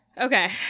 Okay